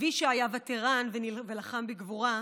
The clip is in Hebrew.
סבי שהיה וטרן ולחם בגבורה,